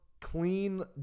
clean